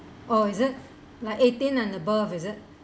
oh is it like eighteen and above is it